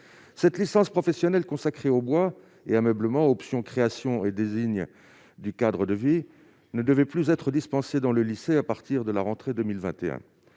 Cette licence professionnelle consacrée au bois et à l'ameublement, avec option « création et du cadre de vie » ne devait plus être dispensée dans le lycée, à partir de la rentrée 2021.